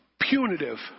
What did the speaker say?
punitive